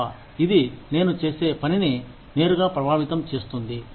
తప్ప ఇది నేను చేసే పనిని నేరుగా ప్రభావితం చేస్తుంది